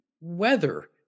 weather